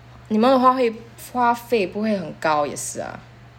你们的话会花费不会很高也是 ah